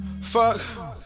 Fuck